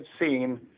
seen